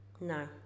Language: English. no